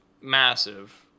massive